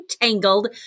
tangled